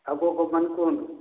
ଆଉ କେଉଁ କମ୍ପାନୀ କୁହନ୍ତୁ